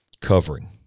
covering